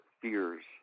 fears